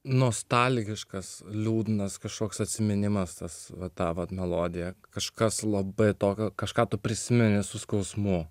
nostalgiškas liūdnas kažkoks atsiminimas tas va ta vat melodija kažkas labai tokio kažką tu prisimeni su skausmu